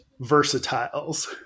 versatiles